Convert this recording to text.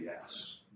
yes